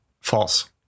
False